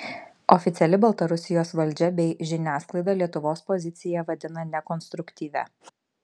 oficiali baltarusijos valdžia bei žiniasklaida lietuvos poziciją vadina nekonstruktyvia